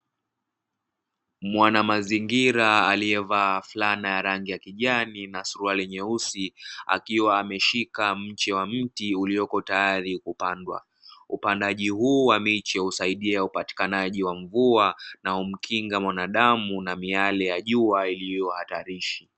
Mwanamazingira alievaa fulana ya rangi ya kijani na suruali nyeusi, akiwa ameshika mche wa mti ulioko tayari kupandwa. Upandaji huu wa miche husaidia upatikanaji wa mvua, na humkinga mwanadamu na miale ya jua iliyo hatarishi.